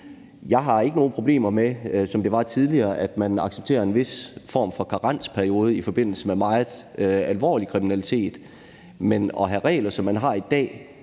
Jeg har ikke nogen problemer med, som det var tidligere, at man accepterer en vis form for karensperiode i forbindelse med meget alvorlig kriminalitet, men at have regler, som man har i dag,